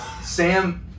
Sam